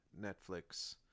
Netflix